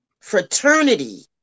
fraternity